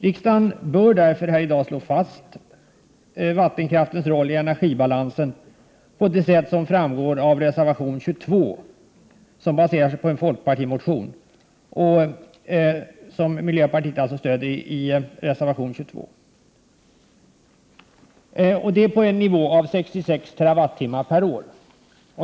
Riksdagen bör därför här i dag slå fast vattenkraftens roll i energibalansen på det sätt som framgår av reservation 22, som baseras på en folkpartimotion och som miljöpartiet stöder. Det är på en nivå av 66 TWh per år.